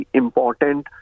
important